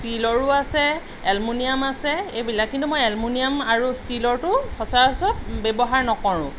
ষ্টিলৰো আছে এলোমিনিয়াম আছে এইবিলাক কিন্তু মই এলোমিনিয়াম আৰু ষ্টিলৰটো সচৰাচৰ ব্যৱহাৰ নকৰোঁ